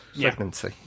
pregnancy